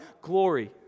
glory